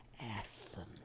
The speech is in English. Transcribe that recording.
Athens